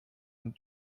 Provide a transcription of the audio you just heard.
and